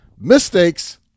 Mistakes